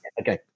Okay